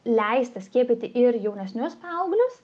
leista skiepyti ir jaunesnius paauglius